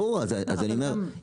ברור לכן אני אומר,